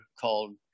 called